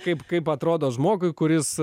kaip kaip atrodo žmogui kuris